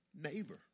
neighbor